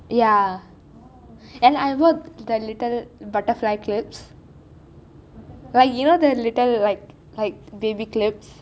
ya and I bought the little butterfly clips like you know like these little like baby clips